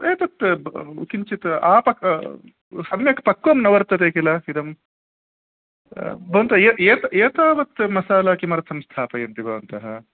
एतत्तु किञ्चित् आप सम्यक् पक्वं न वर्तते किल इदं भवन्तः एतावत् मसाला किमर्थं स्थापयन्ति भवन्तः